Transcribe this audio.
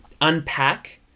unpack